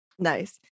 Nice